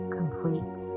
complete